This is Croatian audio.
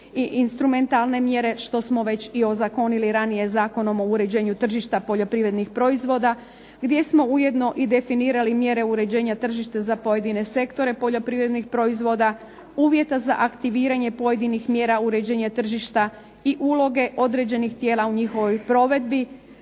i instrumentalne mjere, što smo već i ozakonili ranije Zakonom o uređenju tržišta poljoprivrednih proizvoda. Gdje smo ujedno i definirali mjere uređenje tržište za pojedine sektore poljoprivrednih proizvoda, uvjeta za aktiviranje pojedinih mjera uređenja tržišta i uloge određenih tijela u njihovoj provedbi,